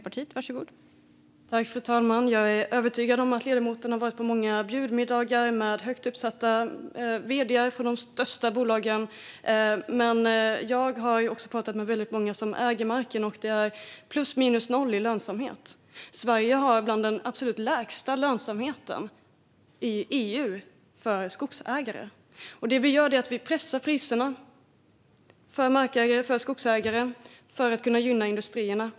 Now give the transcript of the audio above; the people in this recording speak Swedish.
Fru talman! Jag är övertygad om att ledamoten har varit på många bjudmiddagar med högt uppsatta vd:ar för de största bolagen. Jag har pratat med väldigt många som äger marken, och det är plus minus noll i lönsamhet. I Sverige är lönsamheten för skogsägare bland de absolut lägsta i EU. Det vi gör är att pressa priserna för markägare och skogsägare för att kunna gynna industrierna.